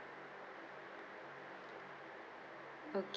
ok~